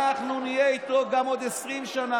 אנחנו נהיה איתו גם עוד 20 שנה,